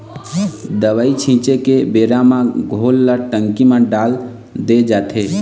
दवई छिंचे के बेरा म घोल ल टंकी म डाल दे जाथे